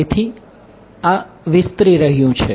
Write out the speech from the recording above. તેથી આ વિસ્તરી રહ્યું છે